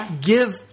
give